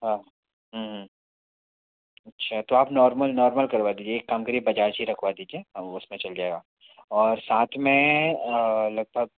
हाँ अच्छा तो आप नॉर्मल नॉर्मल करवा दीजिए एक काम करिए बजाज ही रखवा दीजिए हाँ उसमें चल जाएगा और साथ में लगभग